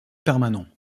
permanent